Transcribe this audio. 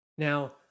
Now